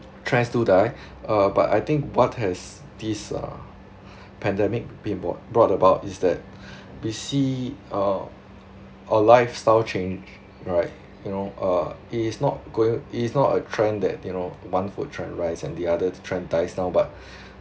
trends do die uh but I think what has this uh pandemic being brought brought about is that we see uh a lifestyle change right you know uh it's not going is not a trend that you know one food trend rise and another trend dies down but